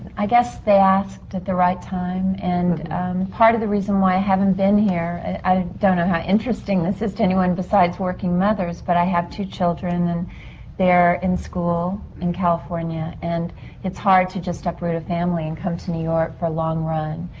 i guess they asked at the right time. and part of the reason why i haven't been here. i don't know how interesting this is to anyone, besides working mothers. but i have two children. and they're in school in california. and it's hard to just uproot a family and come to new york for a long run.